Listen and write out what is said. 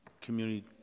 community